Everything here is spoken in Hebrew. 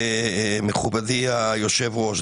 מכובדי היושב ראש.